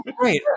right